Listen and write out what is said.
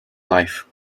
life